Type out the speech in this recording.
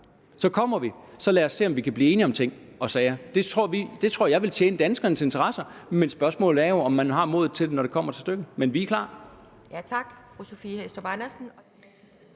så kommer vi. Lad os så se, om vi kan blive enige om ting og sager. Det tror jeg ville tjene danskernes interesser. Spørgsmålet er jo, om man har modet til det, når det kommer til stykket, men vi er klar.